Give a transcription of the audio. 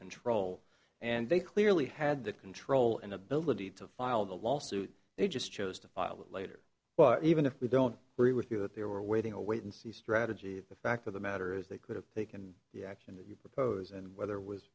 control and they clearly had the control and ability to file the lawsuit they just chose to file that later but even if we don't agree with you that they were waiting a wait and see strategy the fact of the matter is they could have taken the action that you propose and whether was